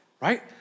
right